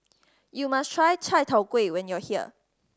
you must try Chai Tow Kuay when you are here